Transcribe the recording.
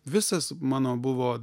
visas mano buvo